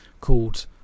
called